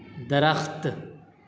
درخت